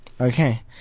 Okay